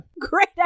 Great